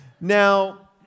Now